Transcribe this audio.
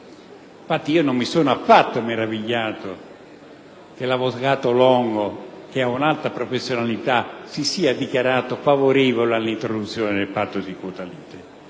infatti per nulla meravigliato che l'avvocato Longo, che ha un'alta professionalità, si sia dichiarato favorevole all'introduzione del patto di quota lite.